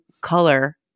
color